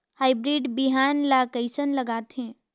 Hybrid बिहान ला कइसन लगाथे?